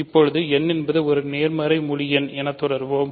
இப்போது n என்பது ஒரு நேர்மறை முழு எண் என தொடருவோம்